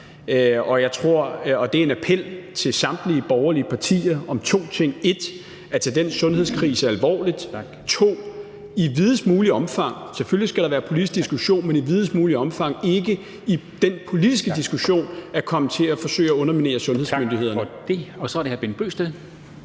Og jeg har en appel til samtlige borgerlige partier om to ting – 1: At tage den sundhedskrise alvorligt; 2: I videst muligt omfang – selvfølgelig skal der være politisk diskussion – ikke i den politiske diskussion at komme til at forsøge at underminere sundhedsmyndighederne. Kl. 10:56 Formanden